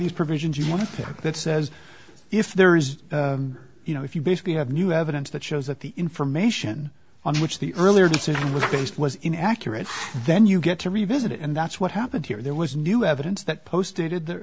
these provisions you want that says if there is you know if you basically have new evidence that shows that the information on which the earlier decision was based was inaccurate then you get to revisit it and that's what happened here there was new evidence that posted the